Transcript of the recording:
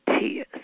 tears